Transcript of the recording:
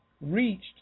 reached